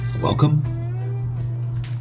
welcome